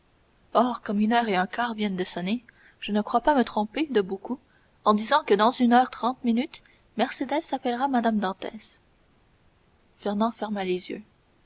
or comme une heure et un quart viennent de sonner je ne crois pas me tromper de beaucoup en disant que dans une heure trente minutes mercédès s'appellera mme dantès fernand ferma les yeux